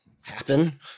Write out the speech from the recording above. happen